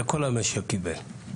זה כל המשק קיבל,